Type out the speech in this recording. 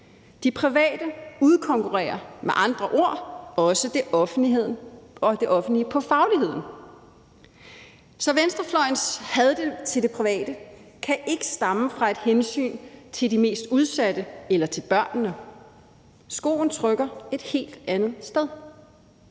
De private udkonkurrerer med andre ord også det offentlige på fagligheden. Så venstrefløjens had til det private kan ikke stamme fra et hensyn til de mest udsatte eller til børnene. Skoen trykker et helt andet sted.